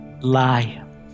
lie